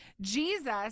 Jesus